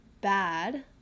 bad